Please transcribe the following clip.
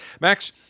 Max